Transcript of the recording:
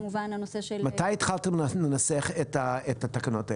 מתי התחלתם לנסח את התקנות האלה?